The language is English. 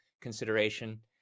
consideration